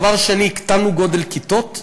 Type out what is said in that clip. דבר שני, הקטנו גודל כיתות.